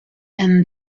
and